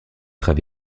très